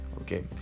okay